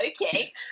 Okay